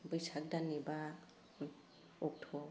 बैसाग दाननि बा अक्ट'